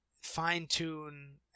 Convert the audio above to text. fine-tune